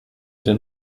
den